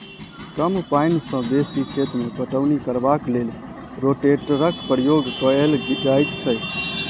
कम पाइन सॅ बेसी खेत मे पटौनी करबाक लेल रोटेटरक प्रयोग कयल जाइत छै